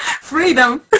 Freedom